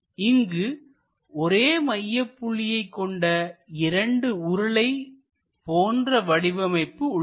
இங்கு ஒரே மையப்புள்ளியை கொண்ட இரண்டு உருளை போன்ற வடிவமைப்பு உள்ளது